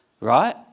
right